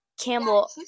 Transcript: Campbell